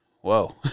whoa